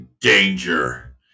danger